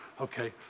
Okay